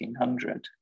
1800